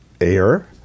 air